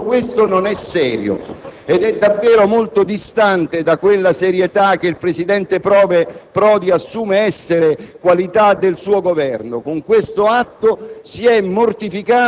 Presidente, non è serio ed è davvero molto distante da quella serietà che il presidente Prodi assume essere